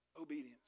Obedience